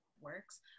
works